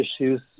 issues